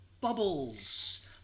bubbles